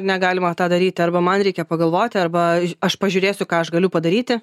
negalima tą daryti arba man reikia pagalvoti arba aš pažiūrėsiu ką aš galiu padaryti